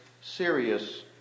serious